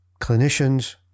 clinicians